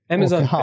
Amazon